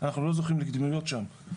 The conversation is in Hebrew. שאנחנו לא זוכים לקדימויות שם.